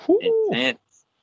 intense